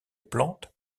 plante